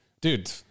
dude